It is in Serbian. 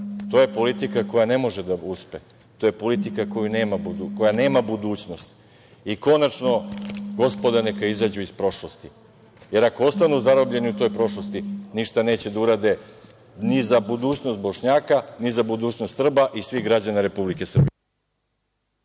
To je politika koja ne može da uspe, to je politika koja nema budućnost. Konačno, gospoda neka izađu iz prošlosti, jer ako ostanu zarobljeni u toj prošlosti ništa neće da urade ni za budućnost Bošnjaka, ni za budućnost Srba i svih građana Republike Srbije.